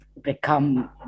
become